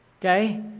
okay